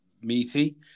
meaty